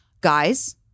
guys